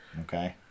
Okay